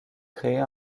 créer